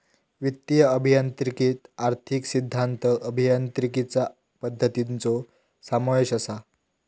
वित्तीय अभियांत्रिकीत आर्थिक सिद्धांत, अभियांत्रिकीचा पद्धतींचो समावेश असा